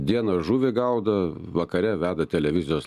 dieną žuvį gaudo vakare veda televizijos